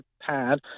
pad